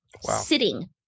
sitting